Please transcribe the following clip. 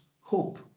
hope